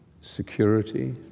security